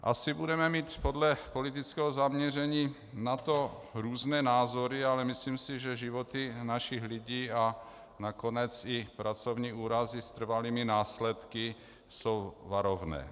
Asi budeme mít podle politického zaměření na to různé názory, ale myslím si, že životy našich lidí, a nakonec i pracovní úrazy s trvalými následky jsou varovné.